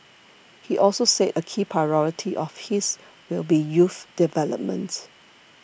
he also said a key priority of his will be youth development